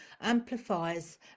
amplifies